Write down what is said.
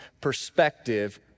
perspective